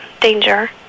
danger